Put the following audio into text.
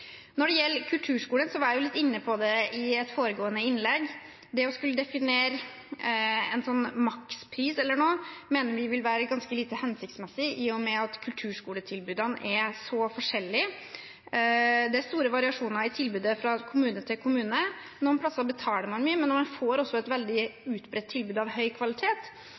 Når det gjelder kulturskolen, var jeg litt inne på det i et foregående innlegg. Det å skulle definere en makspris eller noe, mener vi vil være lite hensiktsmessig, i og med at kulturskoletilbudene er så forskjellige. Det er store variasjoner i tilbudet fra kommune til kommune. Noen plasser betaler man mye, men man får også et veldig bredt tilbud av høy kvalitet.